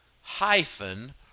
hyphen